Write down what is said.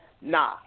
Nah